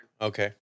Okay